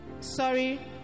Sorry